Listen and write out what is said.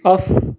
off